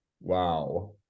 Wow